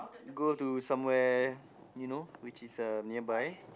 go to somewhere you know which is um nearby